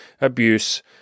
abuse